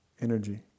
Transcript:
energy